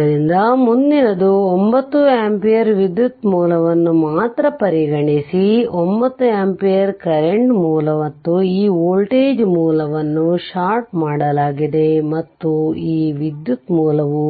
ಆದ್ದರಿಂದ ಮುಂದಿನದು 9 ಆಂಪಿಯರ್ ವಿದ್ಯುತ್ ಮೂಲವನ್ನು ಮಾತ್ರ ಪರಿಗಣಿಸಿ ಈ 9 ಆಂಪಿಯರ್ ಕರೆಂಟ್ ಮೂಲ ಮತ್ತು ಈ ವೋಲ್ಟೇಜ್ ಮೂಲವನ್ನು ಷಾರ್ಟ್ಮಾಡಲಾಗಿದೆ ಮತ್ತು ಈ ವಿದ್ಯುತ್ ಮೂಲವು